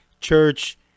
church